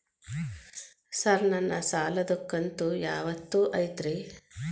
Sir ನನ್ನ ಸಾಲದ ಕಂತು ಯಾವತ್ತೂ ಐತ್ರಿ?